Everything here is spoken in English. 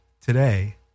today